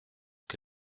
que